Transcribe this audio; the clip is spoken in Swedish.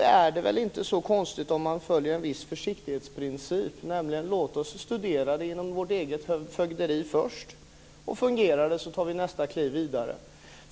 Då är det väl inte så konstigt om man följer en viss försiktighetsprincip, nämligen att först studera det här inom det egna fögderiet. Fungerar det tar vi nästa kliv och går vidare.